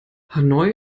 hanoi